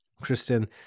Kristen